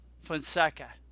Fonseca